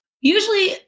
Usually